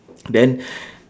then